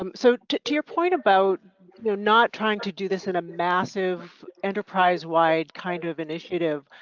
um so to to your point about you know not trying to do this in a massive enterprisewide kind of initiative,